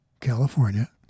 California